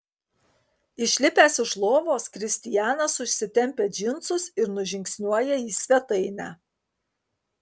išlipęs iš lovos kristianas užsitempia džinsus ir nužingsniuoja į svetainę